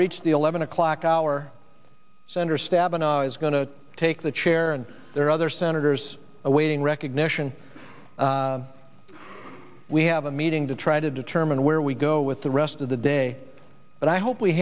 reached the eleven o'clock hour senator stabenow is going to take the chair and there are other senators awaiting recognition we have a meeting to try to determine where we go with the rest of the day but i hope we